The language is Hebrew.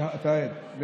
אתה עד.